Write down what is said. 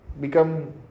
become